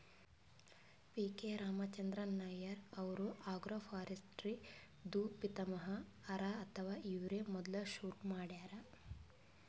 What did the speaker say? P K Ramachandran Nair ಅವ್ರು agroforestry ದೂ ಪಿತಾಮಹ ಹರಾ ಅಥವಾ ಇವ್ರೇ ಮೊದ್ಲ್ ಶುರು ಮಾಡ್ಯಾರ್